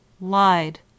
Lied